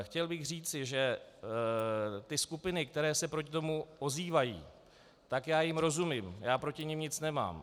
Chtěl bych říci, že ty skupiny, které se proti tomu ozývají, tak já jim rozumím, nic proti nim nemám.